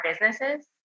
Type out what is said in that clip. businesses